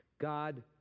God